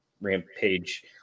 Rampage